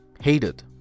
hated